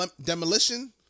demolition